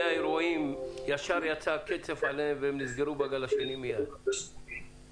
האירועים והם נסגרו ראשונים בתחילת גל